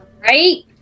Right